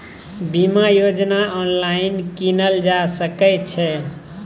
बीमा योजना ऑनलाइन कीनल जा सकै छै?